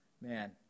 man